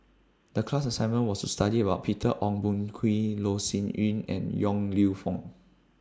The class assignment was to study about Peter Ong Boon Kwee Loh Sin Yun and Yong Lew Foong